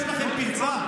יש לכם פרצה.